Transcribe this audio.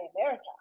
America